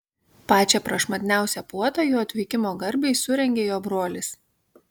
pačią prašmatniausią puotą jo atvykimo garbei surengė jo brolis